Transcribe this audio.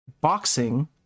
boxing